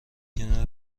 کنار